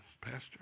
Pastor